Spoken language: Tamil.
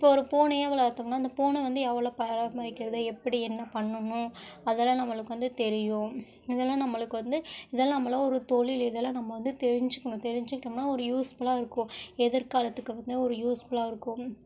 இப்போ ஒரு பூனையே வளர்த்தமுன்னா அந்த பூனை வந்து எவ்வளோ பராமரிக்கிறது எப்படி என்ன பண்ணணும் அதலாம் நம்மளுக்கு வந்து தெரியும் இதெல்லாம் நம்மளுக்கு வந்து இதெல்லாம் நம்மலாம் ஒரு தொழில் இதெல்லாம் நம்ம வந்து தெரிஞ்சுக்கணும் தெரிஞ்சுக்கிட்டம்ன்னா ஒரு யூஸ்ஃபுல்லாக இருக்கும் எதிர்காலத்துக்கு வந்து ஒரு யூஸ்ஃபுல்லாக இருக்கும்